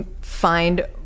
find